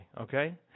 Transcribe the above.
okay